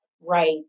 right